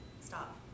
Stop